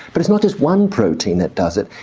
but it's not just one protein that does it,